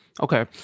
Okay